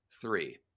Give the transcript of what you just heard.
Three